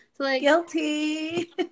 Guilty